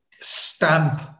stamp